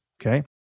Okay